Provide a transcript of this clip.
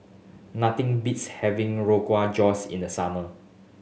nothing beats having Rogwa Josh in the summer